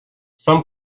some